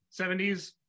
70s